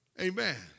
Amen